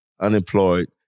unemployed